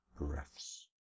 breaths